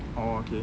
oh okay